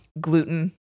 gluten